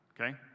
Okay